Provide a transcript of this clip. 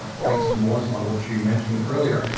ah thanks to moore's law, which you mentioned earlier,